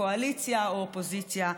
קואליציה או אופוזיציה,